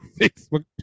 Facebook